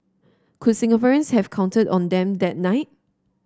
could Singaporeans have counted on them that night